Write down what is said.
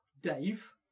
Dave